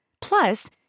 Plus